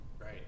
Right